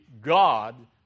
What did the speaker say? God